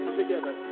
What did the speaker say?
together